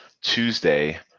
Tuesday